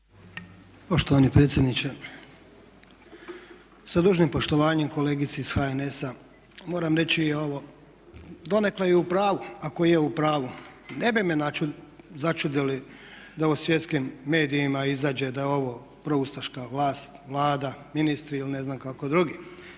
Poštovani predsjedniče. Sa dužnim poštovanjem kolegici iz HNS-a moram reći i ovo, donekle je i u pravu, ako je u pravu, ne bi me začudili da u svjetskim medijima izađe da je ovo proustaška vlast, Vlada, ministri ili ne znam kako drugi.